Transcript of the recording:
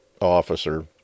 officer